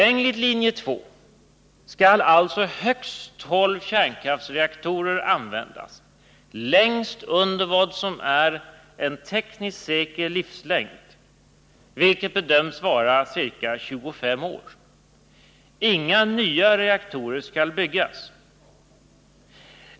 Enligt linje 2 skall alltså högst tolv kärnkraftsreaktorer användas längst under vad som är en tekniskt säker livslängd, vilket bedöms vara ca 25 år. Inga nya reaktorer skall byggas.